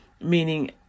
meaning